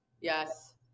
Yes